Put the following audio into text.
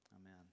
amen